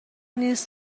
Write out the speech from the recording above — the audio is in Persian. نیست